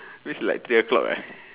means like three O clock uh